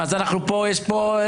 לא אפריע.